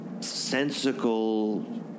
sensical